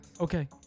Okay